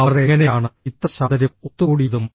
അവർ എങ്ങനെയാണ് ഇത്ര ശാന്തരും ഒത്തുകൂടിയതും